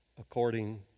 according